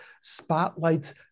Spotlights